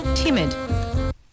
Timid